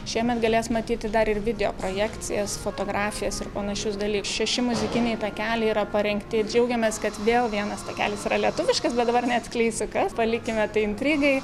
šiemet galės matyti dar ir video projekcijas fotografijas ir panašius daly šeši muzikiniai takeliai yra parengti džiaugiamės kad vėl vienas takelis yra lietuviškas bet dabar neatskleisiu kas palikime tai intrigai